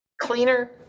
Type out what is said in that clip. cleaner